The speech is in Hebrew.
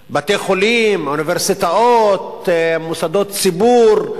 בתי-חולים, אוניברסיטאות, מוסדות ציבור.